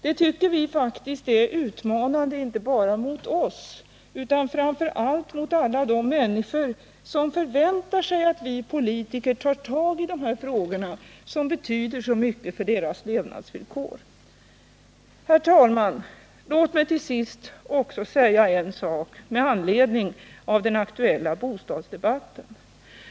Det tycker vi är utmanande, inte bara mot oss utan framför allt mot alla de människor som förväntar sig att vi politiker tar tag i de här frågorna, som betyder så mycket för deras levnadsvillkor. Herr talman! Låt mig till sist också säga en sak med anledning av den aktuella bostadsdebatten.